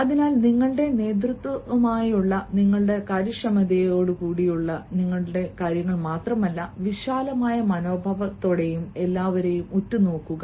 അതിനാൽ നിങ്ങളുടെ നേതൃത്വവുമായുള്ള നിങ്ങളുടെ കാര്യക്ഷമതയോടുകൂടിയ നിങ്ങളുടെ കാര്യങ്ങൾ മാത്രമല്ല വിശാലമായ മനോഭാവത്തോടെയും എല്ലാവരോടും ഉറ്റുനോക്കുക